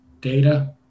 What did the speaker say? data